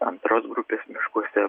antros grupės miškuose